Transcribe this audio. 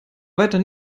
weiter